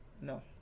no